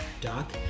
Doc